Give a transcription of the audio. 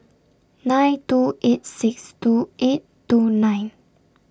nine two eight six two eight two nine